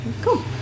cool